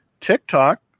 TikTok